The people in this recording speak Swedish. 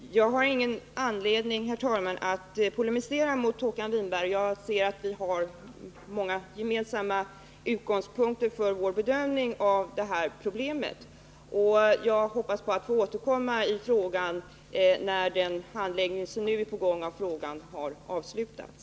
Herr talman! Jag har ingen anledning att polemisera mot Håkan Winberg. Jag ser att vi har många gemensamma utgångspunkter för vår bedömning av det här problemet. Jag hoppas få återkomma i frågan när den handläggning som nu pågår har avslutats.